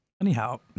Anyhow